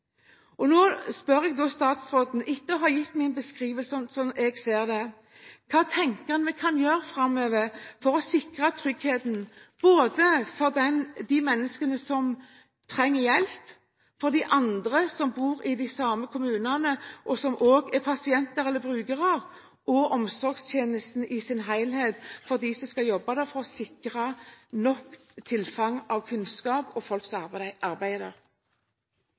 Jeg spør statsråden, etter å ha gitt min beskrivelse av hvordan jeg ser det: Hva tenker han vi kan gjøre framover for å sikre tryggheten, både for de menneskene som trenger hjelp, og for de andre som bor i samme kommune, og som også er pasienter eller brukere? Hva tenker statsråden at vi kan gjøre for omsorgstjenesten i sin helhet, for dem som skal jobbe der, og for å sikre nok tilfang av kunnskap og folk som skal arbeide